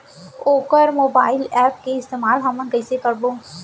वोकर mobile app के इस्तेमाल हमन कइसे करबो?